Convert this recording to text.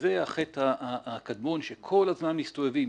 וזה החטא הקדמון שכל הזמן מסתובבים.